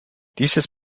dieses